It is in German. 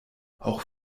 auch